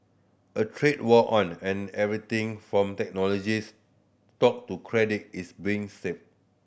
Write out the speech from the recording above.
a trade war on and everything from technology stock to credit is being strafed